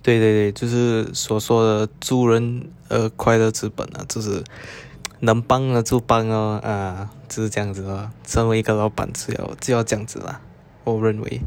对对对就是所说的助人快乐之本 ah 就是能帮的就帮 lor ah 就是这样子身为一个老板了是要就要这样子 lah 我认为